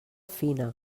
fina